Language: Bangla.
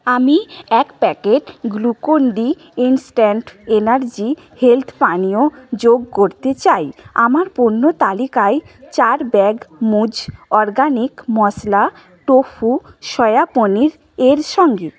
আমি এক packet Glucon D instant energy health পানীয় যোগ করতে চাই আমার পণ্য তালিকায় চার ব্যাগ মুজ অরগ্যানিক মশলা টোফু সয়া পনির এর সঙ্গে